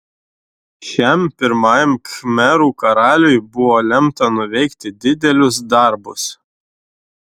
šiam pirmajam khmerų karaliui buvo lemta nuveikti didelius darbus